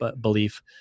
belief